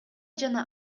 жана